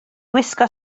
gwisgo